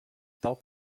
tal